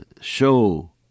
show